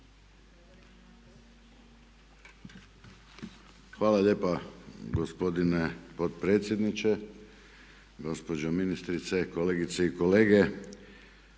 Hvala lijepa gospodine potpredsjedniče, gospođo ministrice, kolegice i kolege.